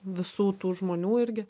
visų tų žmonių irgi